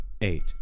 Eight